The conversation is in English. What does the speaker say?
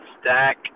stack